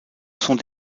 sont